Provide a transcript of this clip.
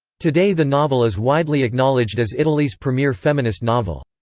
today the novel is widely acknowledged as italy's premier feminist novel.